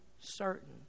certain